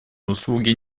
услуги